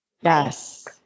Yes